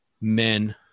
men